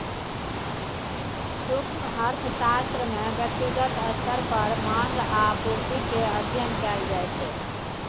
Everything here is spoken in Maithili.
सूक्ष्म अर्थशास्त्र मे ब्यक्तिगत स्तर पर माँग आ पुर्ति केर अध्ययन कएल जाइ छै